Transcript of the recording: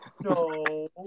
No